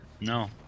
No